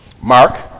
Mark